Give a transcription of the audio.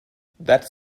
that